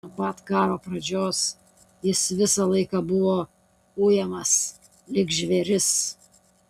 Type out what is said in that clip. nuo pat karo pradžios jis visą laiką buvo ujamas lyg žvėris